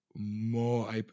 more